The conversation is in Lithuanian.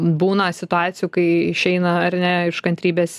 būna situacijų kai išeina ar ne iš kantrybės